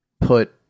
put